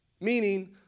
Meaning